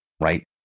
right